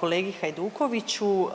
kolegi Hajdukoviću.